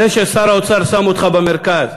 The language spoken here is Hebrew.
זה ששר האוצר שם אותך במרכז,